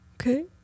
okay